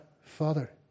Father